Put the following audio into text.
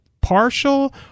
partial